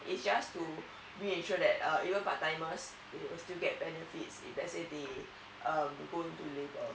it's just to reinsure that um even part timers still gets benefits if let's say they um go into labor